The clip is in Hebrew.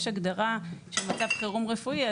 יש הגדרה של מצב חירום רפואי.